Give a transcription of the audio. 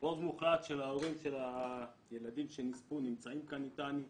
רוב מוחלט של ההורים של הילדים שנספו נמצאים כאן אתנו.